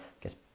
guess